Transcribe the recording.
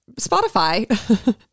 Spotify